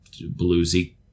bluesy